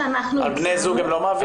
על בני זוג הם לא מעבירים?